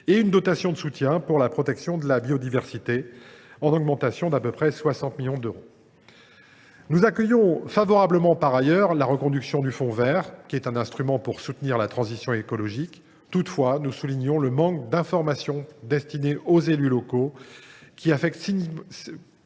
et la dotation de soutien pour la protection de la biodiversité, en augmentation d’à peu près 60 millions d’euros. Nous accueillons favorablement, par ailleurs, la reconduction du fonds vert, instrument destiné à soutenir la transition écologique. Toutefois, nous tenons à souligner le manque d’informations destinées aux élus locaux, qui affecte